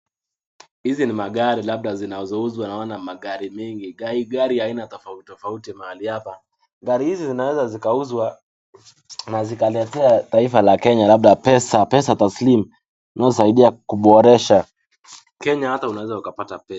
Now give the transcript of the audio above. Hizi ni magari labda zinazouza, naona magari mengi gari aina tofautitofauti mahali hapa, gari hizi zinaeza zikauzwa na zikaletea taifa la Kenya labda pesa taslimu, inayosaidia kuboresha. Kenya hata unaeza pata pesa.